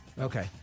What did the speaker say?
Okay